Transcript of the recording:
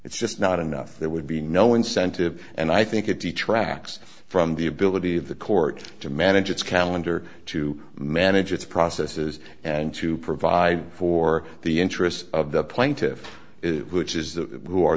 it's just not enough there would be no incentive and i think it detracts from the ability of the court to manage its calendar to manage its processes and to provide for the interests of the plaintiffs it which is the w